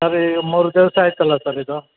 ಅದು ಈಗ ಮೂರು ದಿವಸ ಆಯಿತಲ್ಲ ಸರ್ ಇದು